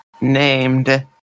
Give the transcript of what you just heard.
named